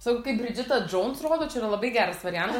sako kaip bridžita džons rodo čia yra labai geras variantas